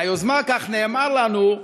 והיוזמה, כך נאמר לנו,